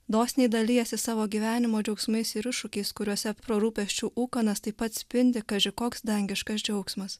dosniai dalijasi savo gyvenimo džiaugsmais ir iššūkiais kuriuose pro rūpesčių ūkanas taip pat spindi kaži koks dangiškas džiaugsmas